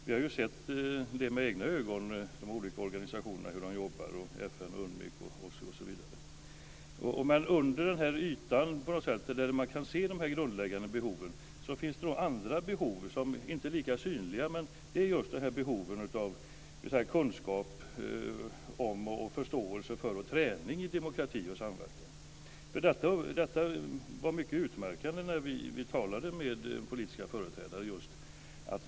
Vi har sett med egna ögon hur de olika organisatioinerna arbetar - FN, OSSE osv. Man kan se de grundläggande behoven, men under ytan finns det andra behov som inte är lika synliga. Det är just behoven av kunskap om, förståelse för och träning i demokrati och samverkan. Detta var mycket utmärkande när vi talade med politiska företrädare.